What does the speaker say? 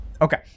okay